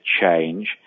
change